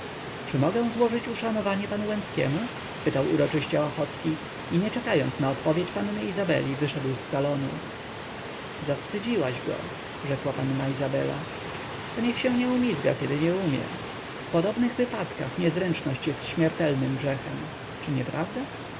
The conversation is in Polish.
czy mogę złożyć uszanowanie panu łęckiemu spytał uroczyście ochocki i nie czekając na odpowiedź panny izabeli wyszedł z salonu zawstydziłaś go rzekła panna izabela to niech się nie umizga kiedy nie umie w podobnych wypadkach niezręczność jest śmiertelnym grzechem czy nieprawda